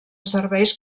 serveis